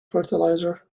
fertilizer